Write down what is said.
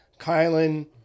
Kylan